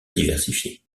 diversifiés